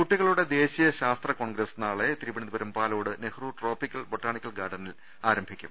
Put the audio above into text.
കുട്ടികളുടെ ദേശീയ ശാസ്ത്ര കോൺഗ്രസ് നാളെ Thiruvananthapuram Palode Nehru tropical botanical ഗാർഡനിൽ ആരംഭിക്കും